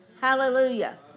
Hallelujah